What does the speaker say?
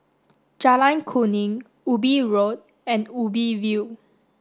Jalan Kuning Ubi Road and Ubi View